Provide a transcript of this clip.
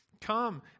Come